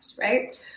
right